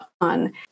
on